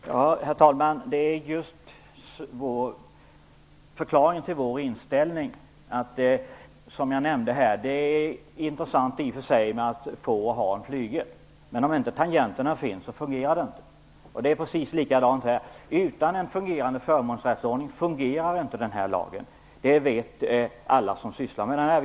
Herr talman! Det är just förklaringen till vår inställning. Det är i och för sig intressant att få och äga en flygel. Men om inte tangenterna finns fungerar den inte. Det är precis likadant här. Utan en fungerande förmånsrättsordning fungerar inte den här lagen. Det vet alla som sysslar med detta.